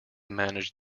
manage